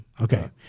okay